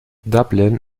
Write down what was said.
dublin